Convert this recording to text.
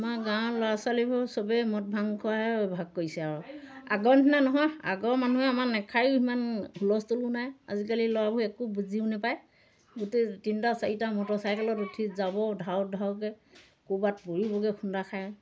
আমাৰ গাঁৱৰ ল'ৰা ছোৱালীবোৰ চবেই মদ ভাং খুৱাই অভ্য়াস কৰিছে আৰু আগৰ নিচিনা নহয় আগৰ মানুহে আমাৰ নাখায়ো সিমান হুলস্থুলো নাই আজিকালি ল'ৰাবোৰ একো বুজিও নেপায় গোটেই তিনিটা চাৰিটা মটৰ চাইকেলত উঠি যাব ধাও ধাওকৈ ক'ৰবাত পৰিবগৈ খুন্দা খায়